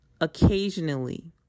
occasionally